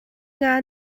nga